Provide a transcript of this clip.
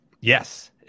Yes